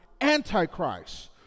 antichrist